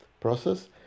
process